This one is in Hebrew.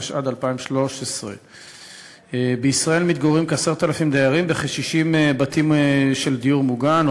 התשע"ד 2013. בישראל מתגוררים כ-10,000 דיירים בכ-60 בתים של דיור מוגן.